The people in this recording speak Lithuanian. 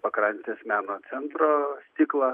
pakrantės meno centro stiklą